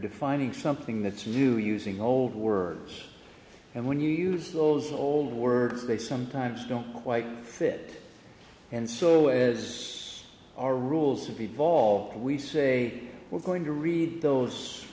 defining something that's you using old words and when you use those old words they sometimes don't quite fit and so is our rules to be vol we say we're going to read those